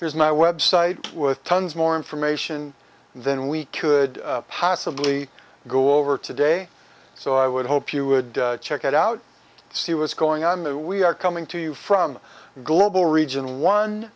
here's my website with tons more information than we could possibly go over today so i would hope you would check it out see what's going on there we are coming to you from global region one